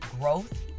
growth